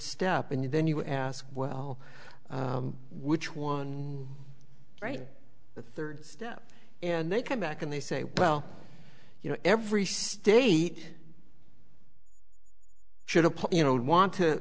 step and then you ask well which one right the third step and they come back and they say well you know every state should apply you know want to